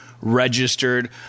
registered